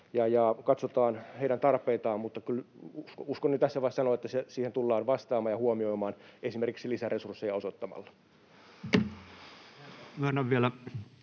Katsotaan heidän tarpeitaan, mutta uskallan kyllä jo tässä vaiheessa sanoa, että siihen tullaan vastaamaan ja huomioimaan se esimerkiksi lisäresursseja osoittamalla. [Speech